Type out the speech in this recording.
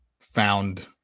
found